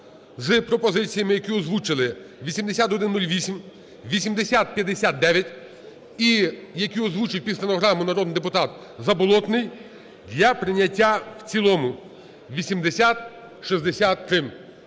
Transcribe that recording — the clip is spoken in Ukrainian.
з пропозиціями, які озвучили: 8108, 8059 і які озвучив під стенограму народний депутат Заболотний для прийняття в цілому – 8063.